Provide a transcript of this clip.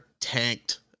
tanked